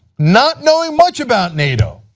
not knowing much about nato